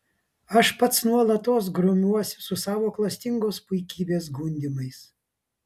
aš pats nuolatos grumiuosi su savo klastingos puikybės gundymais